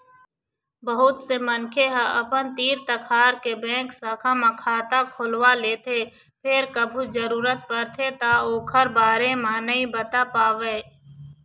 बहुत से मनखे ह अपन तीर तखार के बेंक शाखा म खाता खोलवा लेथे फेर कभू जरूरत परथे त ओखर बारे म नइ बता पावय